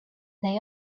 they